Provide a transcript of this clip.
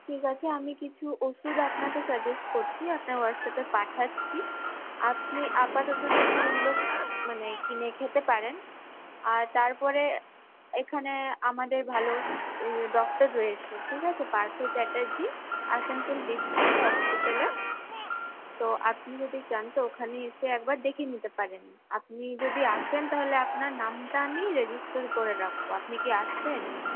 ঠিক আছে আমি কিছু ওষুধ আপনাকে সাজেস্ট করছি আপনার হোয়াটসঅ্যাপে পাঠাচ্ছি আপনি আপাততর জন্য ওইগুলো মানে কিনে খেতে পারেন আর তারপরে এখানে আমাদের ভালো ডক্টর রয়েছে ঠিক আছে পার্থ চ্যাটার্জী আসানসোল ডিসট্রিক্ট হসপিটালে তো আপনি যদি চান তো ওখানে এসে একবার দেখিয়ে নিতে পারেন আপনি যদি আসেন তাহলে আপনার নামটা আমি রেজিস্টার করে রাখব আপনি কি আসবেন